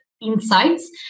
insights